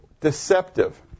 deceptive